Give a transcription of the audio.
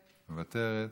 מוותרת,